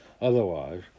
Otherwise